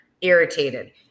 Irritated